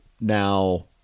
Now